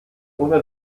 urne